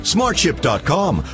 SmartShip.com